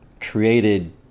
created